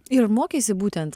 ir mokeisi būtent